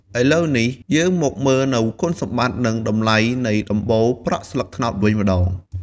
ឥឡូវនេះយើងមកមើលនូវគុណសម្បត្តិ និងតម្លៃនៃដំបូលប្រក់ស្លឹកត្នោតវិញម្តង។